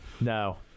no